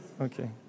Okay